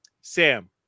Sam